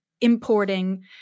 importing